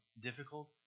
difficult